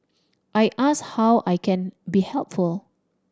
I ask how I can be helpful